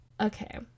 Okay